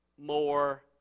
more